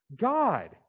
God